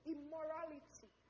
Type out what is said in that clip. Immorality